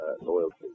loyalty